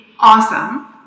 awesome